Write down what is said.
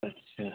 अच्छा